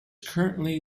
currently